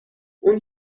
اون